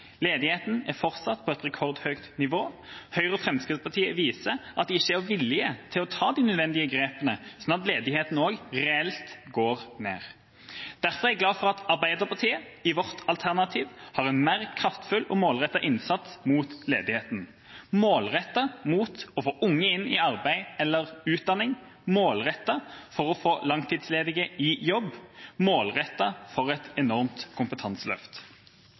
Ledigheten er fortsatt på et rekordhøyt nivå. Høyre og Fremskrittspartiet viser at de ikke er villige til å ta de nødvendige grepene, sånn at ledigheten også reelt går ned. Derfor er jeg glad for at Arbeiderpartiet i vårt alternativ har en mer kraftfull og målrettet innsats mot ledigheten – målrettet for å få unge inn i arbeid eller utdanning, målrettet for å få langtidsledige i jobb, målrettet for et enormt kompetanseløft.